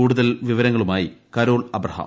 കൂടുതൽ വിവരങ്ങളുമായി Carol Abraham